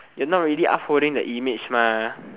you not really upholding the image mah